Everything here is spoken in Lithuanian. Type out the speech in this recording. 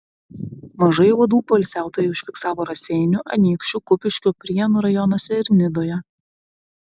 mažai uodų poilsiautojai užfiksavo raseinių anykščių kupiškio prienų rajonuose ir nidoje